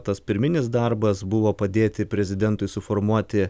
tas pirminis darbas buvo padėti prezidentui suformuoti